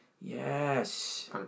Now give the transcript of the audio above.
Yes